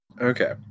okay